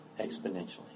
exponentially